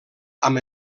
amb